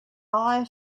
eye